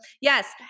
yes